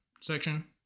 section